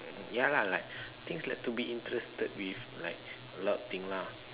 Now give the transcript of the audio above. ya lah like things like to be interested with like a lot of things lah